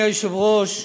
אדוני היושב-ראש,